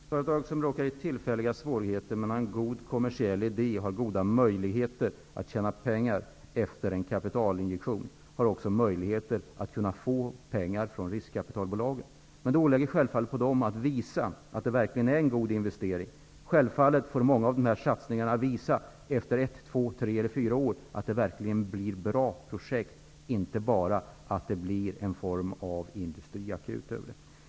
Herr talman! Företag som råkar i tillfälliga svårigheter men som har en god kommersiell idé har goda möjligheter att tjäna pengar efter en kapitalinjektion. De har också möjligheter att få pengar från riskkapitalbolagen. Men det åligger givetvis dessa företag att visa att det verkligen är en god investering. Självfallet får företagen efter några år visa att det verkligen blev bra projekt. Det får inte bara bli någon form av industriakut.